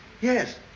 Yes